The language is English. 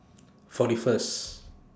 forty First